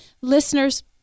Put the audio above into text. listeners